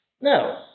Now